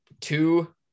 two